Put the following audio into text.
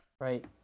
Right